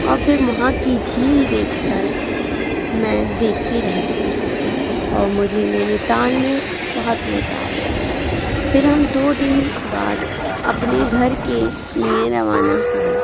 اور پھر وہاں کی جھیل دیکھ کر میں دیکھتی رہ گئی اور مجھے نینی تال میں بہت مزہ آیا پھر ہم دو دن بعد اپنے گھر کے لیے روانہ ہو ئے